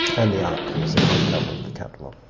and the arkley is the front cover of the catalogue.